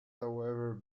however